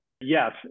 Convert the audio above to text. Yes